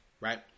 right